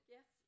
Yes